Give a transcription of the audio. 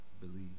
believe